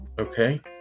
Okay